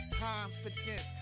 confidence